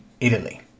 Italy